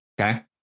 Okay